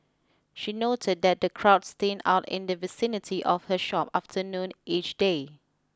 she noted that the crowds thin out in the vicinity of her shop after noon each day